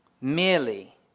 merely